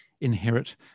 Inherit